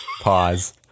pause